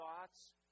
thoughts